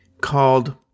called